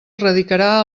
radicarà